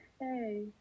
hey